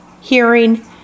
hearing